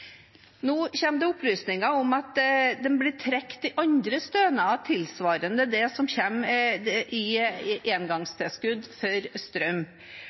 Nå kommer det opplysninger om at man blir trukket i andre stønader, tilsvarende det som kom i engangstilskudd for strøm.